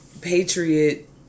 patriot